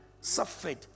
suffered